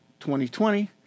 2020